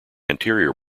anterior